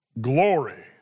Glory